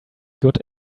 good